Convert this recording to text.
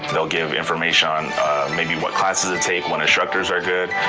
they'll give information on maybe what classes to take, what instructors are good,